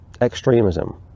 extremism